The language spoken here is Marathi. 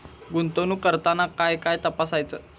गुंतवणूक करताना काय काय तपासायच?